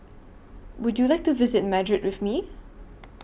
Would YOU like to visit Madrid with Me